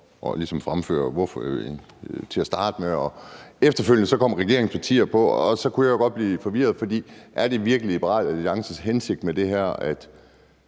for forslaget til at starte med. Efterfølgende kom regeringspartierne på, og så kunne jeg godt blive forvirret, for er det virkelig Liberal Alliances hensigt med det her